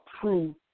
true